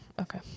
Okay